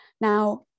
Now